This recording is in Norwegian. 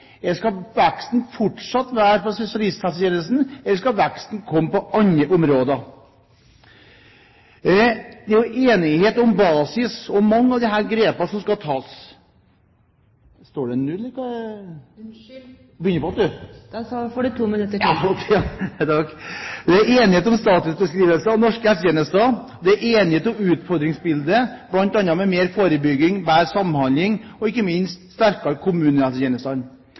Skal veksten fortsatt være på spesialisthelsetjenesten, eller skal veksten komme på andre områder? Det er enighet om basis og mange av de grepene som skal tas. Det er enighet om statusbeskrivelse av norske helsetjenester. Det er enighet om utfordringsbildet, bl.a. med mer forebygging, bedre samhandling og ikke minst sterkere